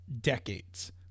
decades